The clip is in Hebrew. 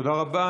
תודה רבה.